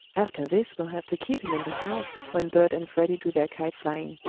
after this we'll have to keep him in the house when bert and freddie do their kite-flying.